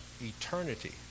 eternity